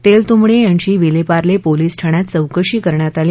तेलतुंबडे यांची विलेपार्ले पोलिस ठाण्यात चौकशी करण्यात आली